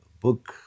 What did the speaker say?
book